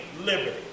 liberty